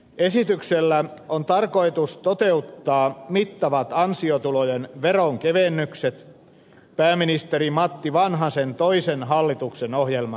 esityksellä on tarkoitus toteuttaa mittavat ansiotulojen veronkevennykset pääministeri matti vanhasen toisen hallituksen ohjelman mukaisesti